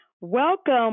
welcome